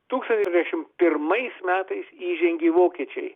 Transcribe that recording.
tūkstančiai dvidešimt pirmais metais įžengė vokiečiai